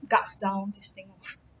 guards down this thing